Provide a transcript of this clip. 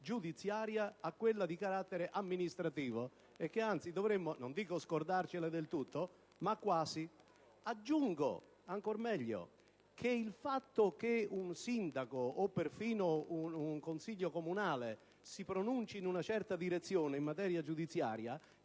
legata a quella di carattere amministrativo e che, anzi, dovremmo, non dico scordarcela del tutto, ma quasi. Ancor meglio, il fatto che un sindaco, o persino un Consiglio comunale, si pronuncino in una certa direzione in materia giudiziaria,